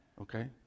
Okay